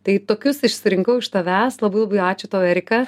tai tokius išsirinkau iš tavęs labai labai ačiū tau erika